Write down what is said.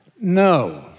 No